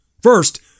First